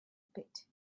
pit